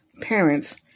parents